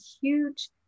huge